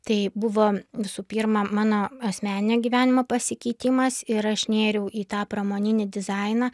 tai buvo visų pirma mano asmeninio gyvenimo pasikeitimas ir aš nėriau į tą pramoninį dizainą